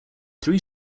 three